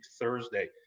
thursday